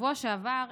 בשבוע שעבר הגשתי,